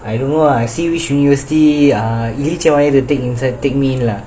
I don't know ah I see which university ah இலிச்ச வாயு:illicha vaayu taking taking in[lah]